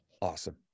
Awesome